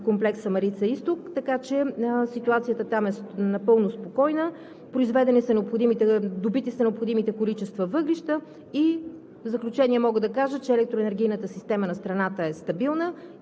не са създадени рискове за нормалната работа на комплекса „Марица-изток“, така че ситуацията там е напълно спокойна, добити са необходимите количества въглища.